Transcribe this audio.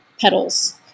petals